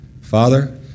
Father